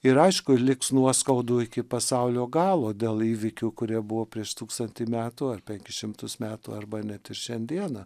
ir aišku liks nuoskaudų iki pasaulio galo dėl įvykių kurie buvo prieš tūkstantį metų ar penkis šimtus metų arba net ir šiandieną